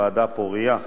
ועדה פורייה ומעניינת.